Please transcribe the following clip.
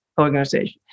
organization